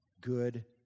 good